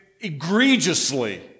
egregiously